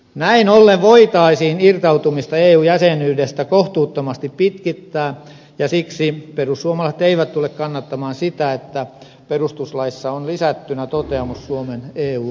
näin ollen voitaisiin irtautumista eun jäsenyydestä kohtuuttomasti pitkittää ja siksi perussuomalaiset eivät tule kannattamaan sitä että perustuslaissa on lisättynä toteamus suomen eu jäsenyydestä